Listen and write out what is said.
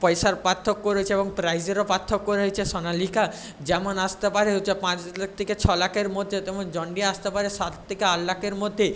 পয়সার পার্থক্য রয়েছে এবং প্রাইসেরও পার্থক্য রয়েছে সোনালিকা যেমন আসতে পারে হচ্ছে পাঁচ লাখ থেকে ছ লাখের মধ্যে তেমন জন ডিয়ার আসতে পারে সাত থেকে আট লাখের মধ্যে